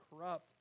corrupt